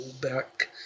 back